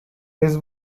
his